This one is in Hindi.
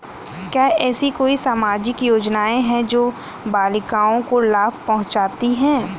क्या ऐसी कोई सामाजिक योजनाएँ हैं जो बालिकाओं को लाभ पहुँचाती हैं?